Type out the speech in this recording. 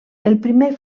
primer